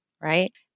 right